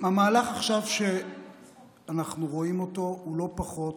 המהלך שאנחנו רואים עכשיו הוא לא פחות